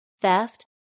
theft